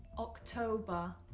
october,